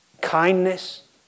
kindness